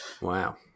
Wow